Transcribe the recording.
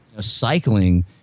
cycling